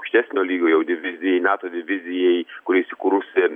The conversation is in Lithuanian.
aukštesnio lygio jau divizijai nato divizijai kuri įsikūrusi